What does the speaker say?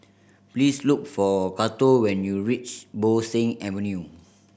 please look for Cato when you reach Bo Seng Avenue